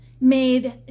made